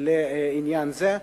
בעניין זה.